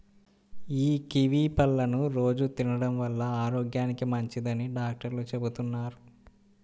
యీ కివీ పళ్ళని రోజూ తినడం వల్ల ఆరోగ్యానికి మంచిదని డాక్టర్లు చెబుతున్నారు